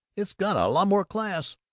it's got a lot more class,